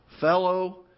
fellow